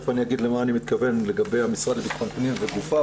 ותיכף אני אגיד למה אני מתכוון לגבי המשרד לביטחון פנים וגופיו,